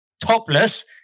topless